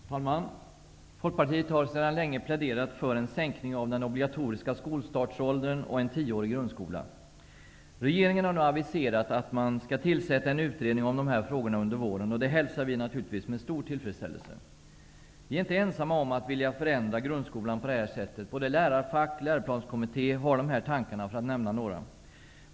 Herr talman! Folkpartiet har sedan länge pläderat för en sänkning av den obligatoriska skolstartsåldern och en tioårig grundskola. Regeringen har nu aviserat att den skall tillsätta en utredning om de här frågorna under våren. Detta hälsar vi naturligtvis med stor tillfredsställelse. Vi är inte ensamma om att vilja förändra grundskolan på detta sätt. Både lärarfack och Läroplanskommittén har de här tankarna, för att nämna några.